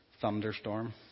thunderstorm